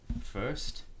first